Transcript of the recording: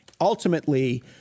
Ultimately